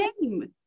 name